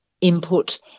input